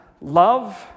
love